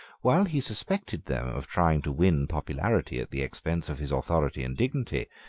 while he suspected them of trying to win popularity at the expense of his authority and dignity,